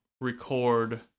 record